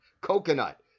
Coconut